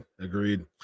Agreed